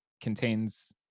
contains